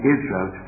Israel